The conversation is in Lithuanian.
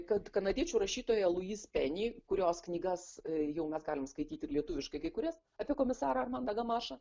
kad kanadiečių rašytoja luiz peni kurios knygas jau mes galim skaityti ir lietuviškai kai kurias apie komisarą armandą gamašą